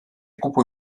kupuj